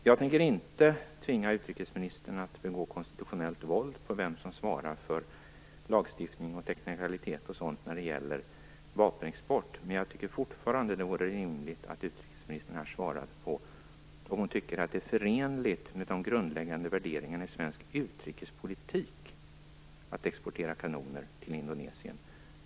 Jag tänker inte tvinga utrikesministern att begå konstitutionellt våld genom att tala om lagstiftning och teknikaliteter när det gäller vapenexport, men jag tycker fortfarande att det vore rimligt att utrikesministern svarade på om hon tycker att det är förenligt med de grundläggande värderingarna i svensk utrikespolitik att exportera kanoner till Indonesien.